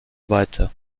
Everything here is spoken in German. weiter